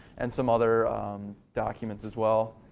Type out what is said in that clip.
and some other documents as well.